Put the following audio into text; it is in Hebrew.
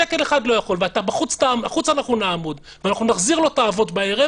שקל אחד אתה לא יכול ונעמוד בחוץ ונחזיר לו את הערבות בערב